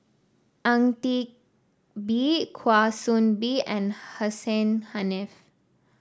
Ang Teck Bee Kwa Soon Bee and Hussein Haniff